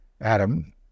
Adam